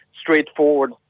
straightforward